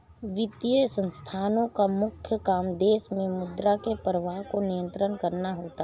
वित्तीय संस्थानोँ का मुख्य काम देश मे मुद्रा के प्रवाह को नियंत्रित करना होता है